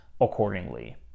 accordingly